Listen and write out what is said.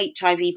HIV